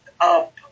up